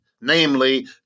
namely